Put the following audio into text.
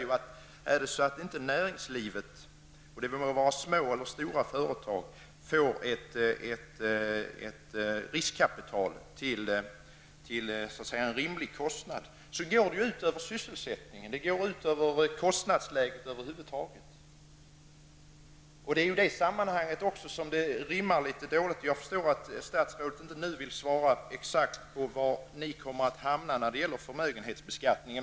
Men faktum är att om inte näringslivet, och det kan vara små eller stora företag, får ett riskkapital till en rimlig kostnad, går det ut över sysselsättningen och kostnadsläget över huvud taget. Jag förstår att statsrådet nu inte vill svara exakt på var regeringen kommer att hamna när det gäller förmögenhetsbeskattningen.